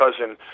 cousin